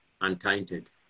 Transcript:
untainted